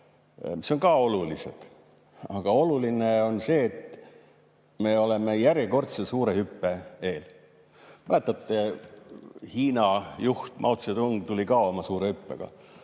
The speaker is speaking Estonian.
mis on ka olulised, siis oluline on see, et me oleme järjekordse suure hüppe eel. Mäletate, Hiina juht Mao Zedong tuli ka oma suure hüppega,